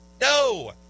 No